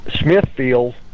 Smithfield